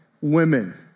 women